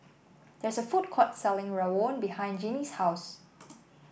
there is a food court selling rawon behind Jeanie's house